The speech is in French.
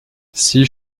six